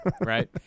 right